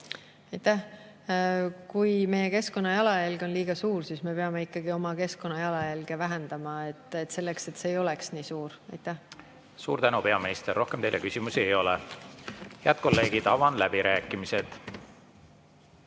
Aitäh! Kui meie keskkonnajalajälg on liiga suur, siis me peame ikkagi oma keskkonnajalajälge vähendama, selleks et see ei oleks nii suur. Suur tänu, peaminister! Rohkem teile küsimusi ei ole. Head kolleegid, avan läbirääkimised.